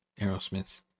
Aerosmith's